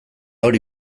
hori